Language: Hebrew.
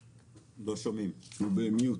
בבקשה, ב-זום.